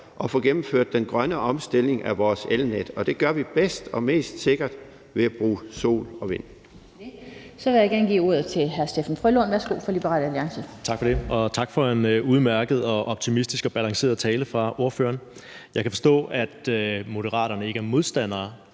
at få gennemført den grønne omstilling af vores elnet. Og det gør vi bedst og mest sikkert ved at bruge sol og vind.